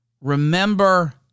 Remember